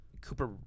Cooper